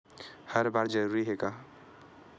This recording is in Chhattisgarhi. हर बार जरूरी हे का?